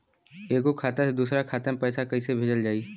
एगो खाता से दूसरा खाता मे पैसा कइसे भेजल जाई?